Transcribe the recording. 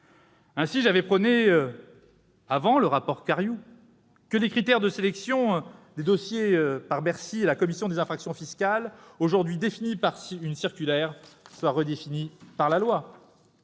Ainsi j'avais prôné, avant le rapport Cariou, que les critères de sélection des dossiers par Bercy et la commission des infractions fiscales, aujourd'hui définis par une circulaire, soient redéfinis par la loi.